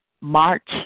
March